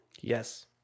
Yes